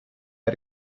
had